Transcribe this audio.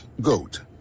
GOAT